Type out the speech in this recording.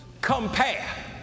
compare